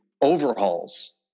overhauls